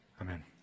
amen